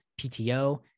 PTO